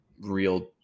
real